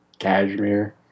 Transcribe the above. cashmere